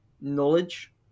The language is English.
knowledge